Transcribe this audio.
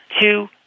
two